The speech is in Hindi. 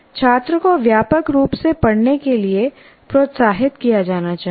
छात्र को व्यापक रूप से पढ़ने के लिए प्रोत्साहित किया जाना चाहिए